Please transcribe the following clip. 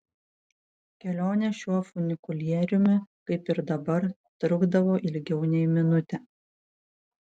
kelionė šiuo funikulieriumi kaip ir dabar trukdavo ilgiau nei minutę